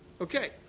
Okay